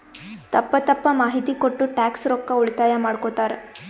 ತಪ್ಪ ತಪ್ಪ ಮಾಹಿತಿ ಕೊಟ್ಟು ಟ್ಯಾಕ್ಸ್ ರೊಕ್ಕಾ ಉಳಿತಾಯ ಮಾಡ್ಕೊತ್ತಾರ್